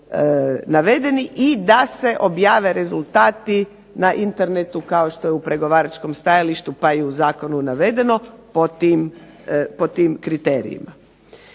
i da se objave rezultati na internetu kao što je u pregovaračkom stajalištu pa i u zakonu navedeno, po tim kriterijima.